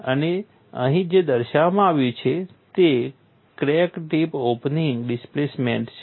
અને અહીં જે દર્શાવવામાં આવ્યું છે તે ક્રેક ટિપ ઓપનિંગ ડિસ્પ્લેસમેન્ટ છે